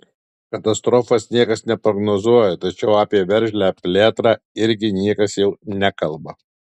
katastrofos niekas neprognozuoja tačiau apie veržlią plėtrą irgi niekas jau nekalba